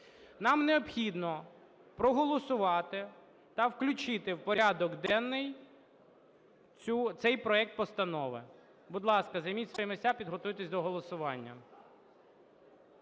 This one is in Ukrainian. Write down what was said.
нам необхідно проголосувати та включити в порядок денний цей проект постанови. Будь ласка, займіть свої місця, підготуйтесь до голосування.